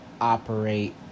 operate